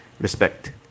respect